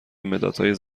مدادهای